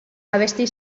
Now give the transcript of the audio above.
abesti